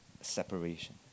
separation